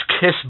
kiss